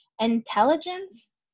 intelligence